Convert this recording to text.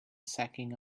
sacking